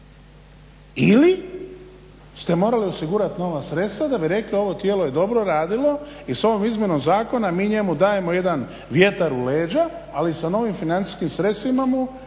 ili ste morali osigurati nova sredstva da bi rekli ovo tijelo je dobro radilo i sa ovom izmjenom zakona mi njemu dajemo jedan vjetar u leđa ali sa novim financijskim sredstvima mu